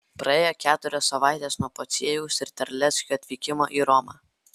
praėjo keturios savaitės nuo pociejaus ir terleckio atvykimo į romą